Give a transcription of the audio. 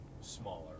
Smaller